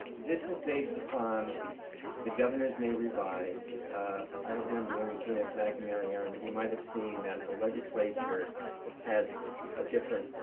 this is based upon the governor's new revised i don't remember when you came exact, mary erin, but you might have seen that the legislature has a different